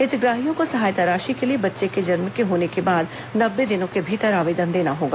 हितग्राहियों को सहायता राशि के लिए बच्चे के जन्म होने के बाद नब्बे दिनों के भीतर आवेदन देना होगा